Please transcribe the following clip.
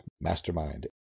mastermind